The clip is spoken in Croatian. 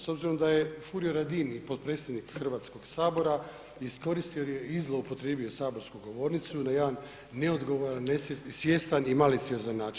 S obzirom da je Furio Radin i potpredsjednik Hrvatskog sabora iskoristio je i zloupotrijebio je saborsku govornicu na jedan neodgovoran, svjestan i maliciozan način.